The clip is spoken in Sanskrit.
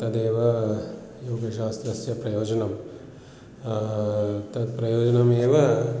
तदेव योगशास्त्रस्य प्रयोजनं तत् प्रयोजनमेव